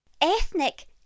Ethnic